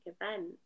event